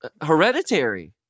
Hereditary